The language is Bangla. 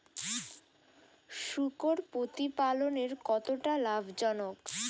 শূকর প্রতিপালনের কতটা লাভজনক?